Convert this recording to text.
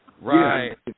Right